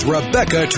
Rebecca